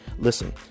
Listen